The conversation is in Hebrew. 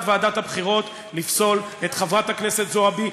ועדת הבחירות לפסול את חברת הכנסת זועבי,